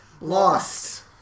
Lost